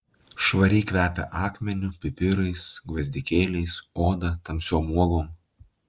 švariai kvepia akmeniu pipirais gvazdikėliais oda tamsiom uogom